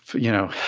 you know,